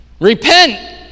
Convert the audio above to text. Repent